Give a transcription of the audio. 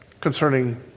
concerning